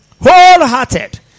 Wholehearted